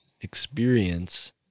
experience